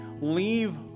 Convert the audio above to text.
leave